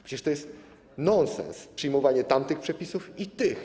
Przecież to jest nonsens - przyjmowanie tamtych przepisów i tych.